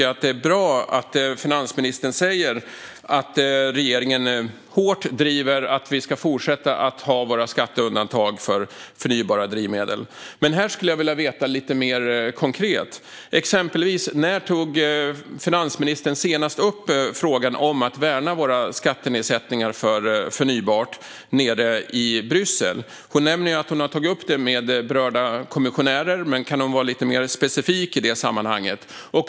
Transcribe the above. Därför är det bra att finansministern säger att regeringen hårt driver på för att vi ska fortsätta kunna ha skatteundantag för förnybara drivmedel. Detta vill jag dock få höra om lite mer konkret. När tog finansministern exempelvis upp frågan om att värna våra skattenedsättningar för förnybart nere i Bryssel? Hon nämner att hon har tagit upp det med berörda kommissionärer. Kan hon vara lite mer specifik i sammanhanget?